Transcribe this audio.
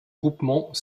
groupement